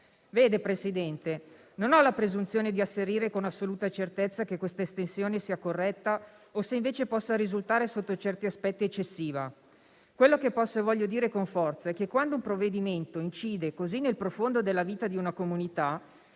Vede, Presidente, non ho la presunzione di asserire con assoluta certezza che questa estensione sia corretta o di dire se, invece, possa risultare, sotto certi aspetti, eccessiva. Quello che posso e voglio dire con forza è che, quando un provvedimento incide così nel profondo della vita di una comunità,